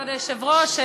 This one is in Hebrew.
כבוד היושב-ראש,